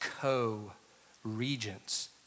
co-regents